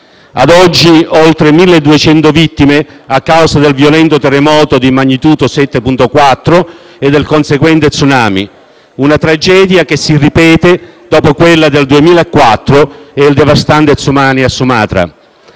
contano oltre 1.200 vittime, a causa del violento terremoto di magnitudo 7.4 e del conseguente tsunami, una tragedia che si ripete dopo quella del 2004 e il devastante tsunami a Sumatra.